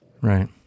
Right